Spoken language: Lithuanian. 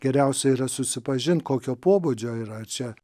geriausia yra susipažint kokio pobūdžio yra čia